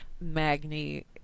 Magni